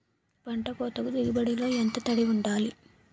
పంట కోతకు దిగుబడి లో ఎంత తడి వుండాలి?